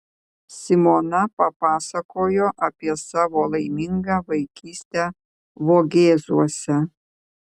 simona papasakojo apie savo laimingą vaikystę vogėzuose